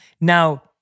Now